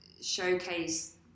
showcase